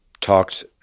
talked